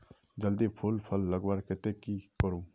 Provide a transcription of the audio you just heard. जल्दी फूल फल लगवार केते की करूम?